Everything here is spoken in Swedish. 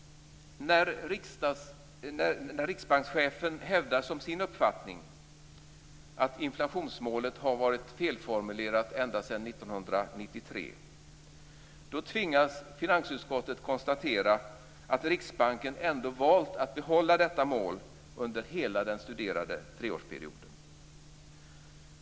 När Riksbankschefen hävdar som sin uppfattning att inflationsmålet har varit felformulerat ända sedan 1993, tvingas finansutskottet konstatera att Riksbanken ändå valt att behålla detta mål under hela den studerade treårsperioden.